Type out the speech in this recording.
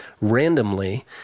randomly